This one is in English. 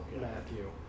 Matthew